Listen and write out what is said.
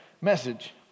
message